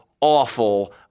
awful